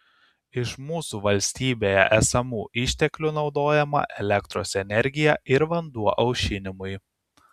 iš mūsų valstybėje esamų išteklių naudojama elektros energija ir vanduo aušinimui